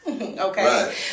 okay